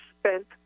spent